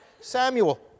Samuel